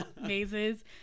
mazes